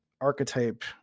archetype